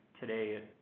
today